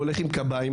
הוא הולך עם קביים,